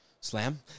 Slam